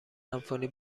سمفونی